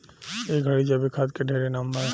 ए घड़ी जैविक खाद के ढेरे नाम बा